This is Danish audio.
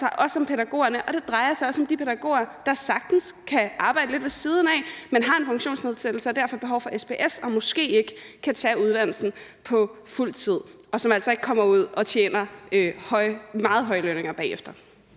sig også om pædagogerne, og det drejer sig også om de pædagoger, der sagtens kan arbejde lidt ved siden af, men har en funktionsnedsættelse og derfor behov for SPS og måske ikke kan tage uddannelse på fuldtid. Og de kommer altså ikke ud og tjener meget høje lønninger bagefter.